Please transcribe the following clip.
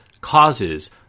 causes